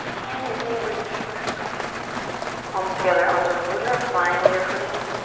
hand your neighbors neighbors, okay palms together anjali mudra find your footing